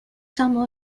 some